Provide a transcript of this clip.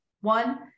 one